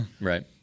right